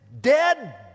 dead